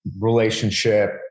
relationship